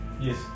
Yes